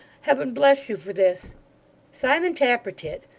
heaven bless you for this simon tappertit,